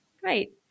Great